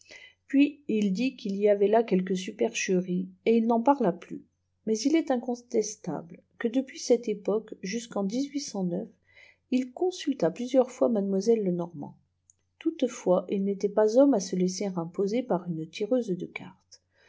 nuis il dit qu'il y avait là quelque supercherie et il n'en pam pm mars il est incontestable que depuis cette époque jusîuea iîmd ît consultai ptiisieurs fois mademoiselle lenormant butéfois il n'était pas homihe à se laisser imposer par ue tireuse cfé càrfes